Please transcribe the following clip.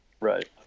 right